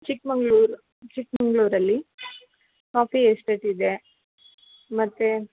ಚಿಕ್ಮಂಗ್ಳೂರು ಚಿಕ್ಮಗ್ಳೂರಲ್ಲಿ coffee estate ಇದೆ ಮತ್ತು